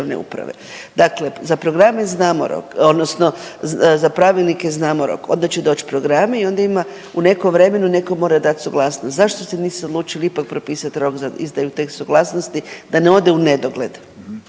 državne uprave. Dakle, za programe znamo rok, odnosno, za pravilnike znamo rok. Onda će doći programi, i onda ima u nekom vremenu, neko mora dat suglasnost. Zašto se nisu odlučili ipak propisati rok za izdaju te suglasnosti da ne ode u nedogled.